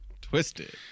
twisted